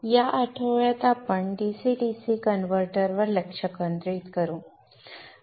या आठवड्यात आपण DC DC कन्व्हर्टरवर लक्ष केंद्रित करू